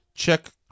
Check